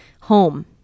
home